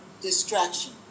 distraction